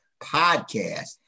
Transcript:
podcast